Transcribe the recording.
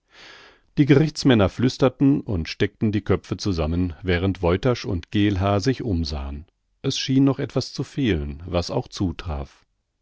die gerichtsmänner flüsterten und steckten die köpfe zusammen während woytasch und geelhaar sich umsahen es schien noch etwas zu fehlen was auch zutraf